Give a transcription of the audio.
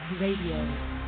Radio